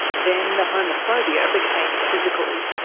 then the homophobia became physical.